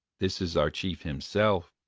this is our chief himself.